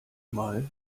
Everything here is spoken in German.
mal